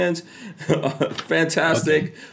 Fantastic